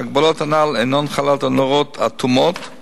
שההגבלות הנ"ל אינן חלות על נורות "אטומות",